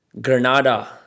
Granada